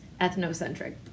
Ethnocentric